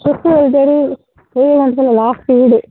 தெரு லாஸ்ட் வீடு